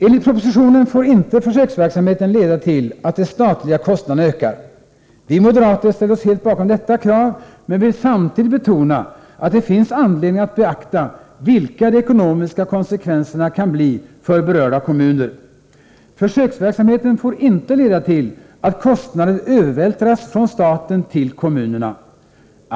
Enligt propositionen får inte försöksverksamheten leda till att de statliga kostnaderna ökar. Vi moderater ställer oss helt bakom detta krav, men vill samtidigt betona att det finns anledning att beakta vilka de ekonomiska konsekvenserna kan bli för de berörda kommunerna. Försöksverksamheten får inte leda till att kostnader övervältras från staten till kommunerna.